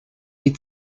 die